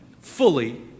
Fully